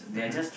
mmhmm